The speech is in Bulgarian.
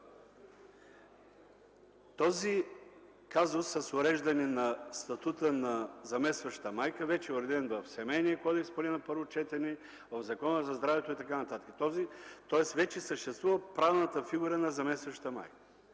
казусът с уреждане на статута на заместващата майка вече е уреден в Семейния кодекс, поне на първо четене, в Закона за здравето и така нататък. Тоест вече съществува правната фигура на заместващата майка.